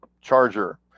charger